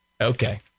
Okay